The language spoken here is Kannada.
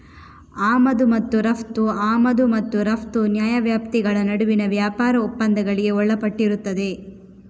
ಆಮದು ಮತ್ತು ರಫ್ತು ಆಮದು ಮತ್ತು ರಫ್ತು ನ್ಯಾಯವ್ಯಾಪ್ತಿಗಳ ನಡುವಿನ ವ್ಯಾಪಾರ ಒಪ್ಪಂದಗಳಿಗೆ ಒಳಪಟ್ಟಿರುತ್ತದೆ